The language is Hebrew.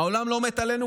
העולם לא מת עלינו,